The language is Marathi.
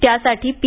त्यासाठी पी